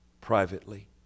privately